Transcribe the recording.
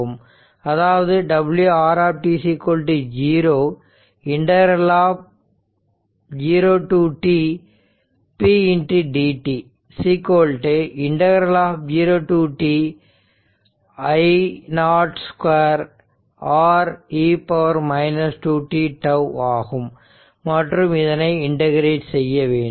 அதாவது wR 0 to t ∫ p dt 0 to t ∫ I0 2 R e 2t τ ஆகும் மற்றும் இதனை இன்டகிரேட் செய்ய வேண்டும்